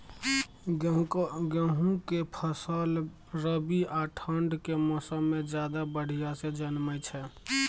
गेहूं के फसल रबी आ ठंड के मौसम में ज्यादा बढ़िया से जन्में छै?